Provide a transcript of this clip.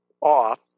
off